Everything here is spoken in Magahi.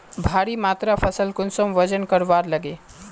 भारी मात्रा फसल कुंसम वजन करवार लगे?